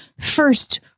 first